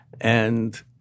And-